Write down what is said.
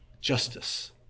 justice